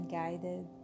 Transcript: guided